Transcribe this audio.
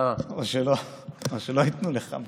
או שלא ייתנו לך.